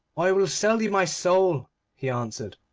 i will sell thee my soul he answered.